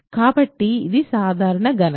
కాబట్టి ఇది సాధారణ గణన